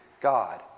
God